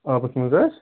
آبَس منٛز حظ